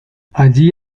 allí